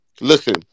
Listen